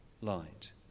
light